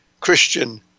Christian